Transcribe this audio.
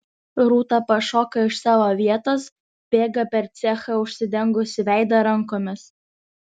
rūta pašoka iš savo vietos bėga per cechą užsidengusi veidą rankomis